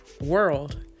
world